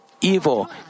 evil